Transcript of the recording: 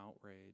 outrage